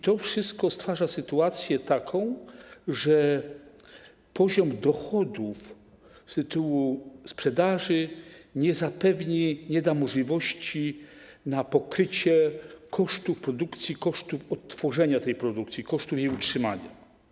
To wszystko powoduje taką sytuację, że poziom dochodów z tytułu sprzedaży nie zapewni, nie da możliwości pokrycia kosztów produkcji, kosztów odtworzenia tej produkcji, kosztów jej utrzymania.